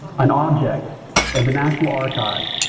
an object at the national archives,